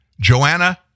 Joanna